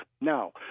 Now